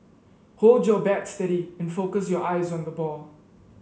hold your bat steady and focus your eyes on the ball